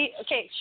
okay